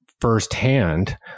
firsthand